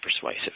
persuasive